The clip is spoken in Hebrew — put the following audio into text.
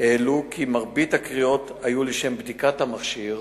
העלו כי מרבית הקריאות היו לשם בדיקת המכשיר